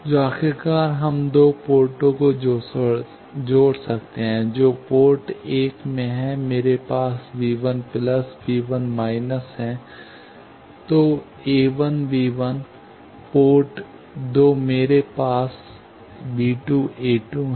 तो आखिरकार हम दो पोर्ट को जोड़ सकते हैं जो पोर्ट एक में हैं मेरे पास है तो a1 b1 पोर्ट दो में मेरे पास b2 a2 है